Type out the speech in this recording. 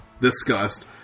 discussed